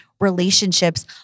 relationships